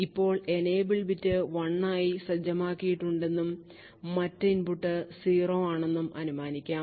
ഇപ്പോൾ Enable bit 1 ആയി സജ്ജമാക്കിയിട്ടുണ്ടെന്നും മറ്റ് ഇൻപുട്ട് 0 ആണെന്നും അനുമാനിക്കാം